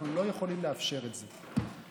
אנחנו לא יכולים לאפשר את זה.